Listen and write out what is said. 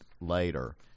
later